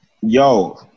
yo